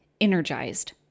energized